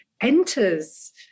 enters